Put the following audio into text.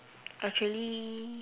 actually